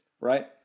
Right